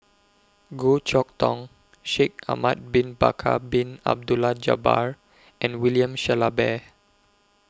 Goh Chok Tong Shaikh Ahmad Bin Bakar Bin Abdullah Jabbar and William Shellabear